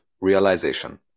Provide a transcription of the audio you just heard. realization